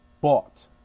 bought